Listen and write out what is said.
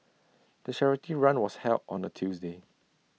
the charity run was held on A Tuesday